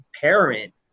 parent